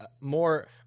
more –